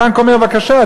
הבנק אומר: בבקשה,